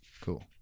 Cool